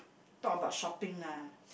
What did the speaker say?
talk about shopping lah